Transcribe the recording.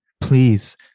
Please